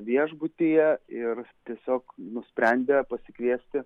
viešbutyje ir tiesiog nusprendė pasikviesti